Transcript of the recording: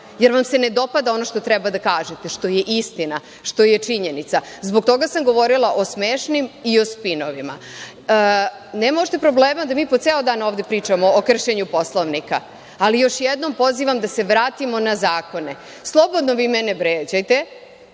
jer vam se ne dopada ono što treba da kažete, što je istina, što je činjenica. Zbog toga sam govorila o smešnim i o spinovima. Nema u opšte problema da mi po ceo dan ovde pričamo o kršenju Poslovnika, ali još jednom pozivam da se vratimo na zakone. Slobodno vi mene vređajte,